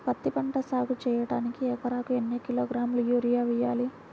పత్తిపంట సాగు చేయడానికి ఎకరాలకు ఎన్ని కిలోగ్రాముల యూరియా వేయాలి?